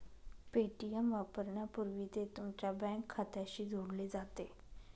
Paytm वापरण्यापूर्वी ते तुमच्या बँक खात्याशी जोडले जाते